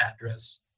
address